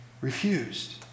refused